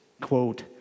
quote